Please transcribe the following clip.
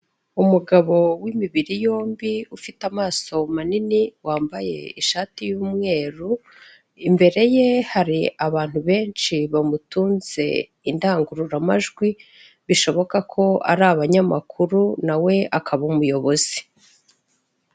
Umugabo w'imibiri yombi ufite amaso manini, wambaye ishati y'umweru, imbere ye hari abantu benshi bamutunze indangururamajwi, bishoboka ko ari abanyamakuru, nawe akaba umuyobozi.